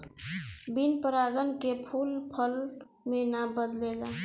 बिन परागन के फूल फल मे ना बदलेला